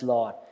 Lord